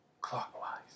clockwise